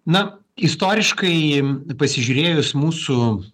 na istoriškai pasižiūrėjus mūsų